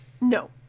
no